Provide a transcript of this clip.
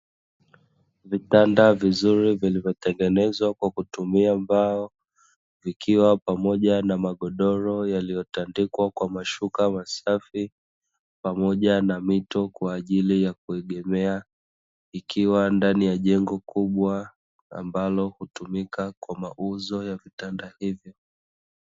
Vitanda vizuri vilivyotengenezwa kwa kutumia mbao, vikiwa pamoja na magodoro yaliyotandikwa kwa mashuka masafi pamoja na mito kwa ajili ya kuegemea, ikiwa ndani ya jengo kubwa, ambalo hutumika kwa mauzo ya vitanda hivyo.